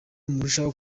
murushaho